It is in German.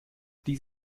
dies